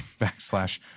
backslash